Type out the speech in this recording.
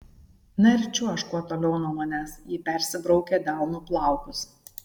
na ir čiuožk kuo toliau nuo manęs ji persibraukė delnu plaukus